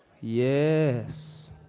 Yes